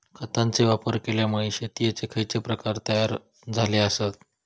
खतांचे वापर केल्यामुळे शेतीयेचे खैचे प्रकार तयार झाले आसत?